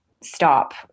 stop